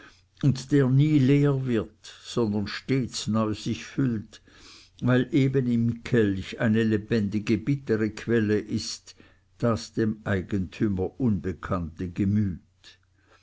und der nie leer wird sondern stets neu sich füllt weil eben im kelch eine lebendige bittere quelle ist das dem eigentümer unbekannte gemüt